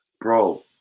Bro